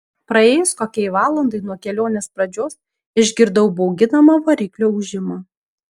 praėjus kokiai valandai nuo kelionės pradžios išgirdau bauginamą variklio ūžimą